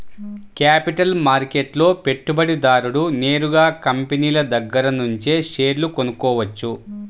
capital మార్కెట్లో పెట్టుబడిదారుడు నేరుగా కంపినీల దగ్గరనుంచే షేర్లు కొనుక్కోవచ్చు